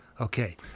Okay